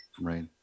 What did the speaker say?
Right